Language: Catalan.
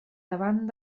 davant